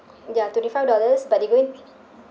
ya twenty five dollars but they going